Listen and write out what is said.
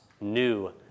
new